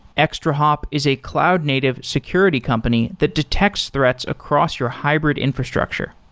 extrahop is a cloud native security company that detects threats across your hybrid infrastructure.